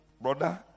Brother